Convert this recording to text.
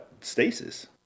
Stasis